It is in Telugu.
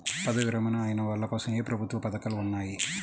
పదవీ విరమణ అయిన వాళ్లకోసం ఏ ప్రభుత్వ పథకాలు ఉన్నాయి?